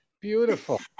Beautiful